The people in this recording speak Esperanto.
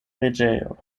reĝejo